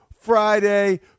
Friday